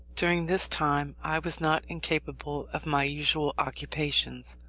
during this time i was not incapable of my usual occupations.